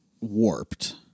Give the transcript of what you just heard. warped